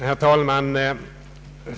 Herr talman!